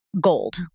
gold